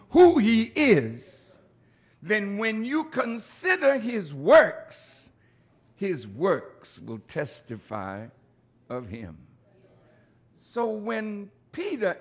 who he is then when you consider his works his works will testify of him so when peter